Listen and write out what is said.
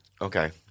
Okay